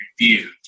reviewed